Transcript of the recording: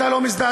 אתה לא מזדעזע?